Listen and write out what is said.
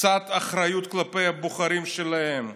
קצת אחריות כלפי הבוחרים שלהם,